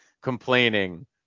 complaining